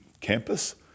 Campus